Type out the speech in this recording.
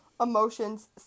emotions